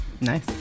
Nice